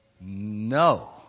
no